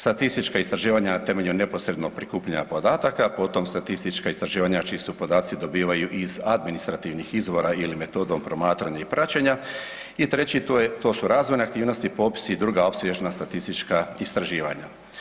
Statistička istraživanja na temelju neposrednog prikupljanja podataka, potom statistička istraživanja čiji se podaci dobivaju iz administrativnih izvora ili metodom promatranja i praćenja i treći to su razvojne aktivnosti, popisi i druga opsežna statistička istraživanja.